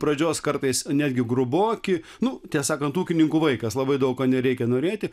pradžios kartais netgi gruboki nu tiesą sakant ūkininkų vaikas labai daug ko nereikia norėti